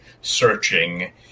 searching